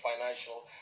financial